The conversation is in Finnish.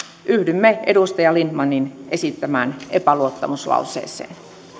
yhdymme edustaja lindtmanin esittämään epäluottamuslauseeseen